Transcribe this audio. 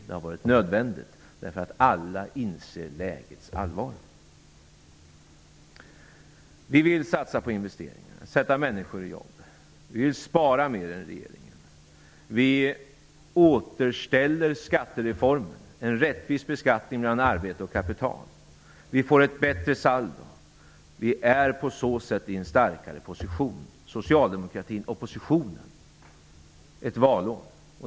Detta har varit nödvändigt, därför att alla inser lägets allvar. Vi vill satsa på investeringar och sätta människor i arbete. Vi vill spara mer än regeringen. Vi återställer skattereformen, en rättvis beskattning mellan arbete och kapital. Vi får ett bättre saldo, och socialdemokratin i opposition får på så sätt en starkare position ett valår.